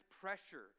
pressure